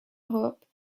europe